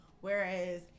Whereas